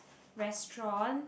restaurant